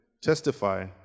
testify